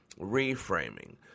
reframing